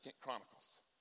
Chronicles